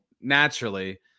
naturally